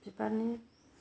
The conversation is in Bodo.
बिबारनि